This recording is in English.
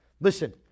Listen